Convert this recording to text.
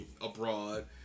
abroad